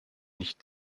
nicht